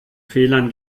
fehlern